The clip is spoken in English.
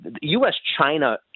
U.S.-China